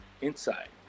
inside